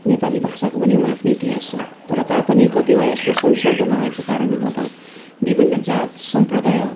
नेपाली भाषाको पनि एउटा आफ्नो इतिहास छ तर तापनि कतिपय यसको संसर्गमा रहेको कारणले गर्दा विभिन्न जात सम्प्रदाय